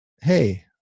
Hey